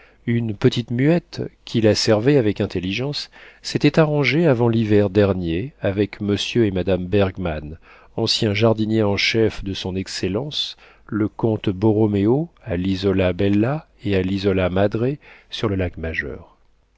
une petite muette qui la servait avec intelligence s'étaient arrangés avant l'hiver dernier avec monsieur et madame bergmann anciens jardiniers en chef de son excellence le comte borroméo à l'isola bella et à l'isola madre sur le lac majeur